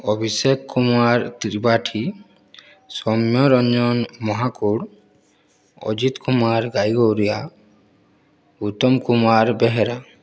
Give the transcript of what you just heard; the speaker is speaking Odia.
ଅଭିଷେକ କୁମାର ତ୍ରିପାଠୀ ସୌମ୍ୟରଞ୍ଜନ ମହାକୁଡ଼ ଅଜିତ କୁମାର କାଇଗଉରୀଆ ଉତ୍ତମ କୁମାର ବେହେରା